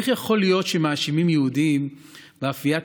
איך יכול להיות שמאשימים יהודים באפיית